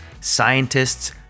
scientists